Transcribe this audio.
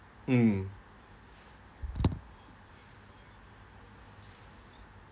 mm